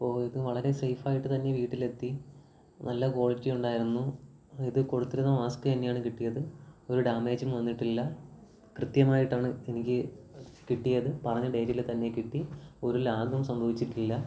അപ്പോള് ഇത് വളരെ സേഫായിട്ട് തന്നെ വീട്ടില് എത്തി നല്ല ക്വാളിറ്റി ഉണ്ടായിരുന്നു അതായത് കൊടുത്തിരുന്ന മാസ്ക് തന്നെയാണ് കിട്ടിയത് ഒരു ഡാമേജും വന്നിട്ടില്ല കൃത്യമായിട്ടാണ് എനിക്ക് കിട്ടിയത് പറഞ്ഞ ഡേറ്റില് തന്നെ കിട്ടി ഒരു ലാഗും സംഭവിച്ചിട്ടില്ല